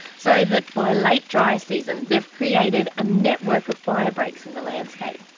so that by late dry season they've created a network of fire breaks in the landscape.